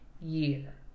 year